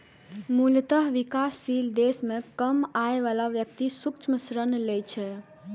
मूलतः विकासशील देश मे कम आय बला व्यक्ति सूक्ष्म ऋण लै छै